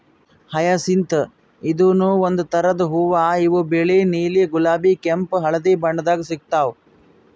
hyacinth ಇದೂನು ಒಂದ್ ಥರದ್ ಹೂವಾ ಇವು ಬಿಳಿ ನೀಲಿ ಗುಲಾಬಿ ಕೆಂಪ್ ಹಳ್ದಿ ಬಣ್ಣದಾಗ್ ಸಿಗ್ತಾವ್